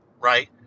right